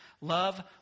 love